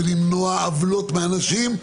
ולמנוע עוולות מאנשים,